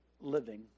living